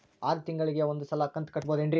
ಆರ ತಿಂಗಳಿಗ ಒಂದ್ ಸಲ ಕಂತ ಕಟ್ಟಬಹುದೇನ್ರಿ?